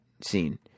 scene